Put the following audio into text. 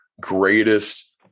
greatest